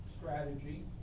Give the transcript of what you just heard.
strategy